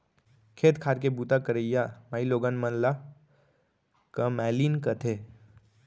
खेत खार के बूता करइया माइलोगन मन ल कमैलिन कथें